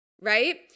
right